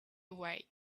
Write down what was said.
away